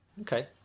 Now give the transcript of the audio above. Okay